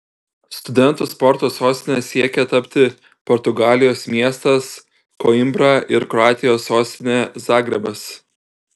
studentų sporto sostine siekia tapti portugalijos miestas koimbra ir kroatijos sostinė zagrebas